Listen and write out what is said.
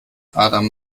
adam